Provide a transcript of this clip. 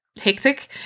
Hectic